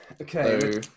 Okay